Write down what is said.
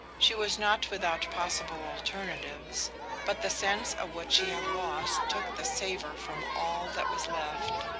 she was not without possible alternatives but the sense of what she had lost took the savour from all that was left.